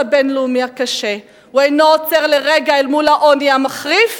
אינו עוצר לרגע אל מול העוני המחריף